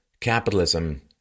capitalism